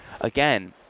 again